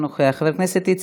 חבר הכנסת אראל מרגלית,